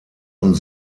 und